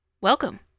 Welcome